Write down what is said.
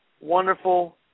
wonderful